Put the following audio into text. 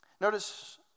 Notice